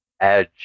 Edge